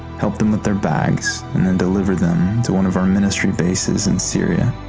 help them with their bags, and and deliver them to one of our ministry bases in syria